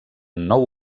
nou